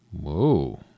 Whoa